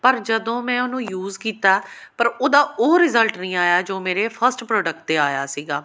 ਪਰ ਜਦੋਂ ਮੈਂ ਉਹਨੂੰ ਯੂਜ਼ ਕੀਤਾ ਪਰ ਉਹਦਾ ਉਹ ਰਿਜ਼ਲਟ ਨਹੀਂ ਆਇਆ ਜੋ ਮੇਰੇ ਫਸਟ ਪ੍ਰੋਡਕਟ 'ਤੇ ਆਇਆ ਸੀਗਾ